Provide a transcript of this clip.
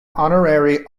honorary